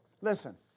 Listen